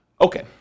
Okay